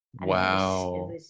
wow